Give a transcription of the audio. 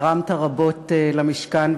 תרמת רבות למשכן,